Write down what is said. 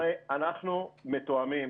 אנחנו מתואמים